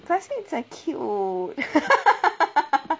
classmates are cute